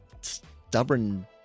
stubborn